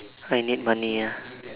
I need money ya